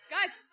Guys